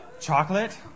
chocolate